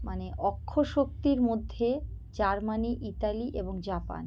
মানে অক্ষ শক্তির মধ্যে জার্মানি ইতালি এবং জাপান